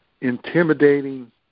intimidating